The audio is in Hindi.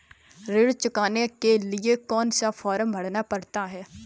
ऋण चुकाने के लिए कौन सा फॉर्म भरना पड़ता है?